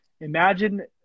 imagine